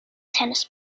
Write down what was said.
tennis